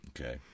okay